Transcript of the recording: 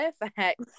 perfect